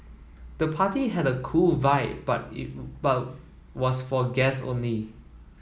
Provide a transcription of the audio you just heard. the party had a cool vibe but but was for guests only